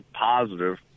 positive